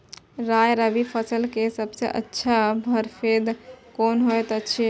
राय रबि फसल के सबसे अच्छा परभेद कोन होयत अछि?